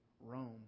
Rome